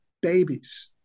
babies